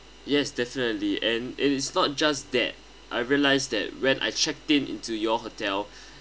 yes definitely and it is not just that I realized that when I checked in into your hotel